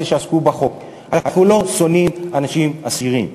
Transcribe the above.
שעסקו בחוק: אנחנו לא שונאים אנשים עשירים,